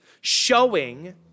showing